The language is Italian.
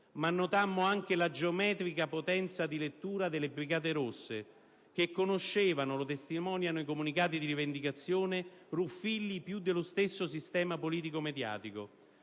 certo, ma anche dalla geometrica potenza di lettura delle Brigate rosse, che conoscevano - lo testimoniano i comunicati di rivendicazione - Ruffilli più dello stesso sistema politico-mediatico.